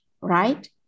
right